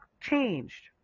changed